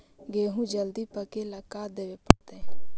गेहूं जल्दी पके ल का देबे पड़तै?